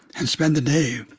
and spend the day